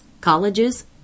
colleges